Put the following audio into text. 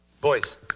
Boys